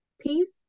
peace